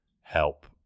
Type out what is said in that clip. help